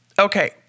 Okay